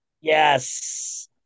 Yes